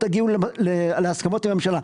תגיעו להסכמות עם הממשלה.